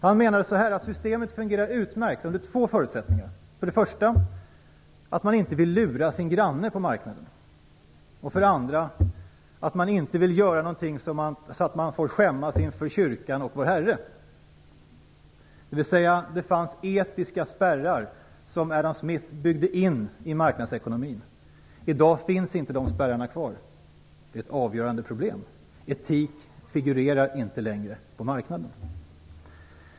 Han menade att systemet fungerar utmärkt under två förutsättningar: För det första att man inte vill lura sin granne på marknaden, och för det andra att man inte vill göra någonting så att man får skämmas inför kyrkan och Vår Herre. Det fanns etiska spärrar som Adam Smith byggde in i marknadsekonomin. I dag finns inte de spärrarna kvar. Det är ett avgörande problem. Etik figurerar inte längre på marknaden.